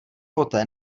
poté